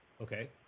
Okay